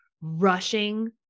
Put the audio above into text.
rushing